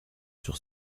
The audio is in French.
sur